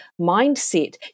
mindset